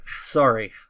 Sorry